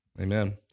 Amen